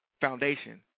foundation